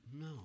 No